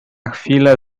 chwilę